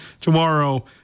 tomorrow